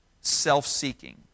self-seeking